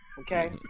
okay